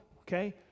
okay